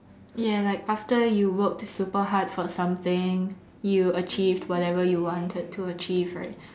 ya like after you worked super hard for something you achieved whatever you wanted to achieve right